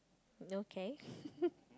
okay